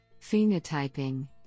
Phenotyping